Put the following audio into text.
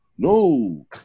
No